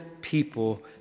people